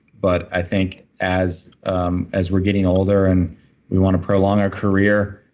but i think as um as we're getting older and we want to prolong our career,